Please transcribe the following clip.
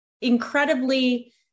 incredibly